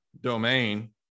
domain